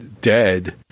dead